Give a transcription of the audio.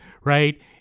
right